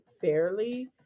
fairly